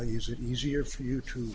use it easier for you to